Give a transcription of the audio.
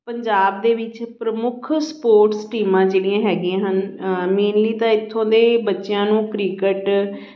ਪੰਜਾਬ ਦੇ ਵਿੱਚ ਪ੍ਰਮੁੱਖ ਸਪੋਰਟਸ ਟੀਮਾਂ ਜਿਹੜੀਆਂ ਹੈਗੀਆਂ ਹਨ ਮੇਨਲੀ ਤਾਂ ਇੱਥੋਂ ਦੇ ਬੱਚਿਆਂ ਨੂੰ ਕ੍ਰਿਕਟ